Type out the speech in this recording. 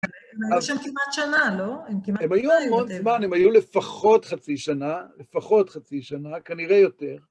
הם היו שם כמעט שנה, לא? הם כמעט גברים אותם. הם היו מאוד זמן, הם היו לפחות חצי שנה, לפחות חצי שנה, כנראה יותר.